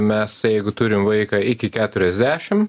mes jeigu turim vaiką iki keturiasdešim